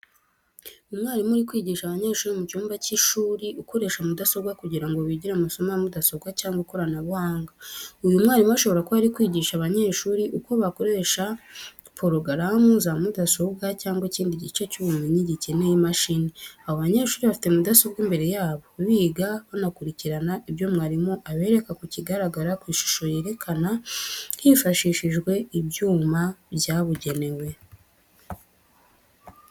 Umwarimu uri kwigisha abanyeshuri mu cyumba cy'ishuri ukoresha mudasobwa kugira ngo bigire amasomo ya mudasobwa cyangwa ikoranabuhanga. Uyu mwarimu ashobora kuba ari kwigisha abanyeshuri uko bakoresha porogaramu za mudasobwa cyangwa ikindi gice cy’ubumenyi gikeneye imashini. Abo banyeshuri bafite mudasobwa imbere yabo, biga bakanakurikirana ibyo mwarimu abereka ku kigaragara ku ishusho yerekana hifashishijwe ibyuma byabugenewe.